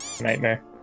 Nightmare